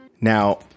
Now